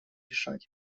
решать